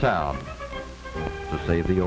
town to say the